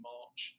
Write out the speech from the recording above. March